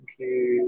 Okay